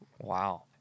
Wow